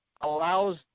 allows